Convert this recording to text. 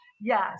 Yes